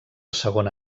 segona